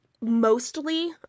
mostly